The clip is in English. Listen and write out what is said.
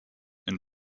and